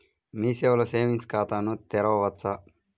మీ సేవలో సేవింగ్స్ ఖాతాను తెరవవచ్చా?